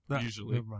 usually